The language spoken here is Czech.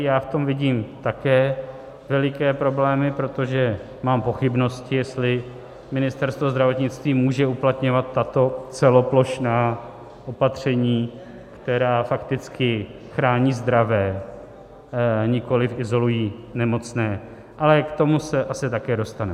Já v tom vidím také veliké problémy, protože mám pochybnosti, jestli Ministerstvo zdravotnictví může uplatňovat tato celoplošná opatření, která fakticky chrání zdravé, nikoliv izolují nemocné, ale k tomu se také asi dostaneme.